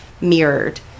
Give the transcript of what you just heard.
mirrored